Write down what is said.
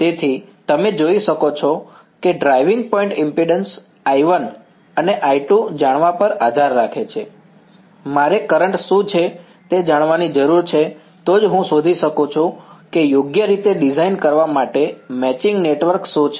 તેથી તમે જોઈ શકો છો કે ડ્રાઇવિંગ પોઈન્ટ ઈમ્પિડન્સ I1 અને I2 જાણવા પર આધાર રાખે છે મારે આ કરંટ શું છે તે જાણવાની જરૂર છે તો જ હું શોધી શકું છું કે યોગ્ય રીતે ડિઝાઈન કરવા માટે મેચિંગ નેટવર્ક શું છે